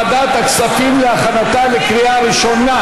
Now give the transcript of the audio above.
ותועבר לוועדת הכספים להכנתה לקריאה ראשונה.